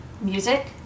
music